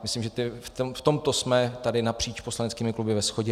Myslím, že v tomto jsme tady napříč poslaneckými kluby ve shodě.